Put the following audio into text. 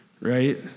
right